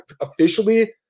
officially